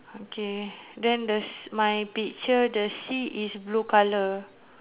okay then the my picture the sea is blue colour